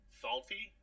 salty